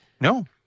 No